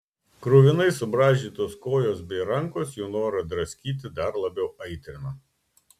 kruvinai subraižytos kojos bei rankos jų norą draskyti dar labiau aitrino